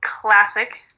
classic